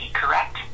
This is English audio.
correct